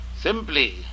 simply